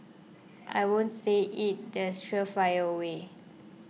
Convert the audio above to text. I won't say it's the surefire way